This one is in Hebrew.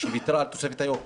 שוויתרה על תוספת היוקר